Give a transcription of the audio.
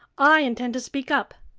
i intend to speak up.